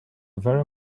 very